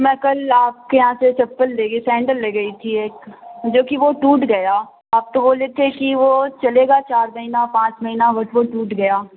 میں کل آپ کے یہاں سے چپل لے گئی سینڈل لے گئی تھی ایک جو کہ وہ ٹوٹ گیا آپ تو بولے تھے کہ وہ چلے گا چار مہینہ پانچ مہینہ بٹ وہ ٹوٹ گیا